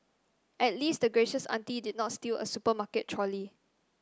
at least the gracious auntie did not steal a supermarket trolley